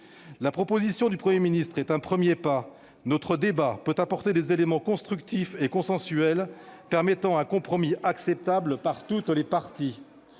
La proposition du Premier ministre est un premier pas, et notre débat peut apporter des éléments constructifs et consensuels permettant un compromis acceptable par toutes les parties.